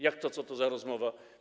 Jak to co to za rozmowa?